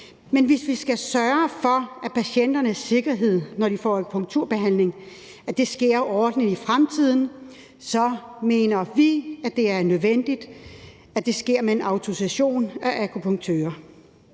Men hvis vi skal sørge for patienternes sikkerhed, når de får akupunkturbehandling, og at den sker ordentligt i fremtiden, mener vi, at det er nødvendigt, at det sker med en autorisation for akupunktører.